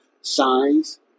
Signs